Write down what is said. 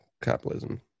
Capitalism